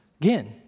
Again